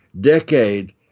decade